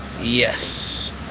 yes